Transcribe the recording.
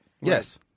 Yes